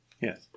Yes